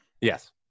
yes